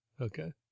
Okay